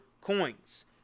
coins